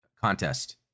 contest